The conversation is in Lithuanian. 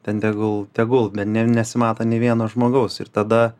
ten tegul tegul bet ne nesimato nei vieno žmogaus ir tada